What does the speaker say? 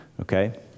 okay